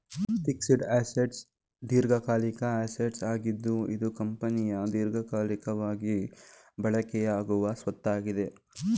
fixed assets ದೀರ್ಘಕಾಲಿಕ assets ಆಗಿದ್ದು ಇದು ಕಂಪನಿಯ ದೀರ್ಘಕಾಲಿಕವಾಗಿ ಬಳಕೆಯಾಗುವ ಸ್ವತ್ತಾಗಿದೆ